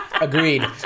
Agreed